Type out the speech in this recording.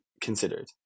considered